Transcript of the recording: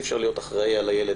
אי אפשר להיות אחראי על הילד,